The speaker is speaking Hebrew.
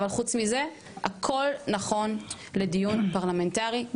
אבל חוץ מזה הכל נכון לדיון פרלמנטרי.